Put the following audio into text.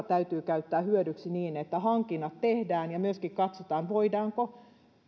täytyy käyttää hyödyksi niin että hankinnat tehdään ja myöskin katsotaan voidaanko